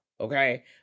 Okay